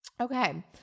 Okay